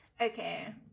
okay